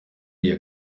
iya